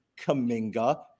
Kaminga